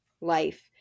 life